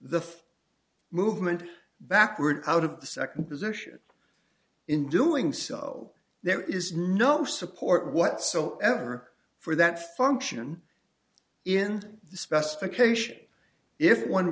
the movement backward out of the second position in doing so there is no support whatsoever for that function in the specification if one